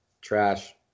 Trash